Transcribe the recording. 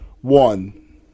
one